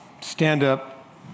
stand-up